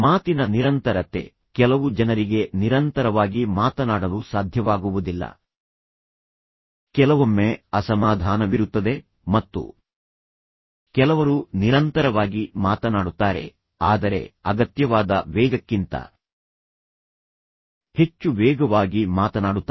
ಮಾತಿನ ನಿರಂತರತೆ ಕೆಲವು ಜನರಿಗೆ ನಿರಂತರವಾಗಿ ಮಾತನಾಡಲು ಸಾಧ್ಯವಾಗುವುದಿಲ್ಲ ಕೆಲವೊಮ್ಮೆ ಅಸಮಾಧಾನವಿರುತ್ತದೆ ಮತ್ತು ಕೆಲವರು ನಿರಂತರವಾಗಿ ಮಾತನಾಡುತ್ತಾರೆ ಆದರೆ ಅಗತ್ಯವಾದ ವೇಗಕ್ಕಿಂತ ಹೆಚ್ಚು ವೇಗವಾಗಿ ಮಾತನಾಡುತ್ತಾರೆ